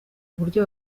uburyo